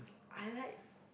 I like